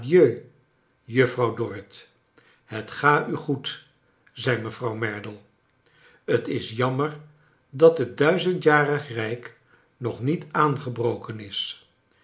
juffrouw dorrit het ga u goed zei mevrouw merdle t is jammer dat het duizendjarig rrjk nog niet aangebroken is